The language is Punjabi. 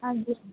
ਹਾਂਜੀ